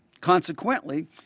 consequently